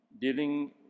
dealing